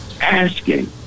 asking